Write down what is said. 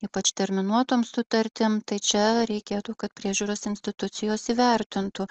ypač terminuotom sutartim tai čia reikėtų kad priežiūros institucijos įvertintų